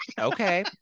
Okay